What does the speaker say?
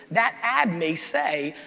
that ad may say,